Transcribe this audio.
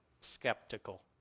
skeptical